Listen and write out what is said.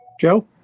Joe